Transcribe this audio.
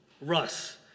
Russ